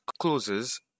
Closes